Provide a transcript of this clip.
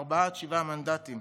ארבעה עד שבעה מנדטים.